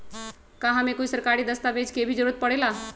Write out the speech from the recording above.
का हमे कोई सरकारी दस्तावेज के भी जरूरत परे ला?